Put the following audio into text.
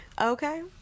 Okay